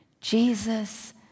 Jesus